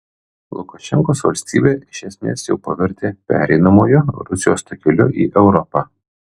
lukašenkos valstybę iš esmės jau pavertė pereinamuoju rusijos takeliu į europą